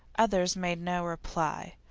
others made no reply.